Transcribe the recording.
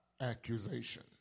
accusation